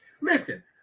Listen